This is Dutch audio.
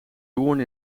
doorn